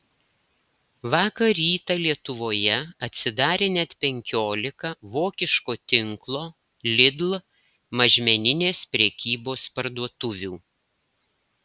vakar rytą lietuvoje atsidarė net penkiolika vokiško tinklo lidl mažmeninės prekybos parduotuvių